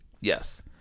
Yes